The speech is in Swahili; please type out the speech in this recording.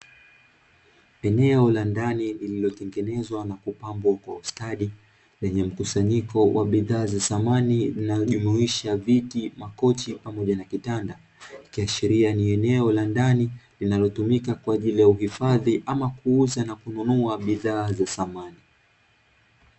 Eneo la ndani lililotengenezwa na kupangwa kwa ustadi lenye mkusanyiko wa bidhaa za samani inayojumuisha viti, makochi pamoja na kitanda, ikiashiria ni eneo la ndani linalotumika kwa ajili ya uhifadhi au kuuza na kununua bidhaa za samani.